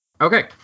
Okay